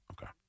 Okay